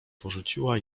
porzuciła